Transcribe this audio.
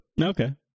okay